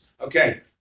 Okay